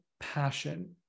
passion